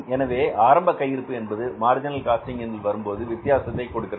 எனவே ஆரம்ப கையிருப்பு என்பது மார்ஜினல் காஸ்ட் வரும்போது வித்தியாசத்தை கொடுக்கிறது